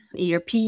ERP